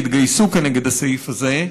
התגייסו כנגד הסעיף הזה,